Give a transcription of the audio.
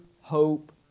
hope